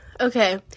Okay